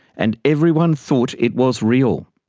and everyone thought it was real.